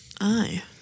Aye